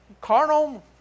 carnal